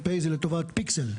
פ' זה לטובת פיסקל.